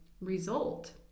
result